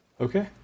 Okay